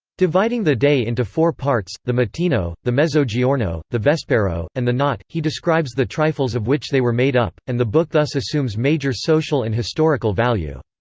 dividing the day into four parts, the mattino, the mezzogiorno, the vespero, and the notte, he describes the trifles of which they were made up, and the book thus assumes major social and historical value.